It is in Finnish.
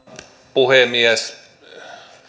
puhemies